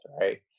right